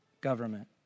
government